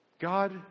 God